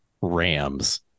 rams